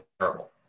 terrible